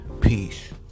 peace